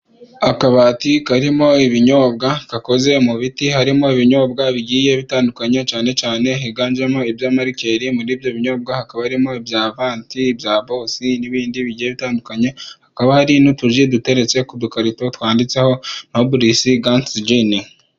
Akabati karimo ibinyobwa gakoze mu biti, harimo ibinyobwa bigiye bitandukanye cyane cyane higanjemo ibya marikeri, muri ibyo binyobwa hakaba harimo ibya vanti, ibya bosi n'ibindi bitandukanye, hakaba hari n'utuji dutereretse ku dukarito twanditseho noburisigantijini.